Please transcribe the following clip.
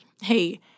hey